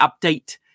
update